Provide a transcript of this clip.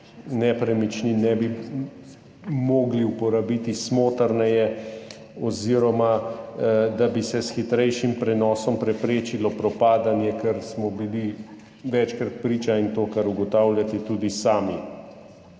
nepremičnin ne bi mogli uporabiti smotrneje oziroma da bi se s hitrejšim prenosom preprečilo propadanje, ker smo bili večkrat priča temu, kar ugotavljate tudi sami.